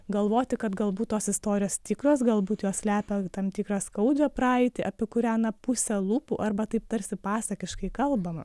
galvoti kad galbūt tos istorijos tikros galbūt jos slepia tam tikrą skaudžią praeitį apie kurią na puse lūpų arba taip tarsi pasakiškai kalbama